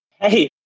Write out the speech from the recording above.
Hey